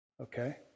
Okay